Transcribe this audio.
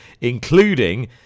including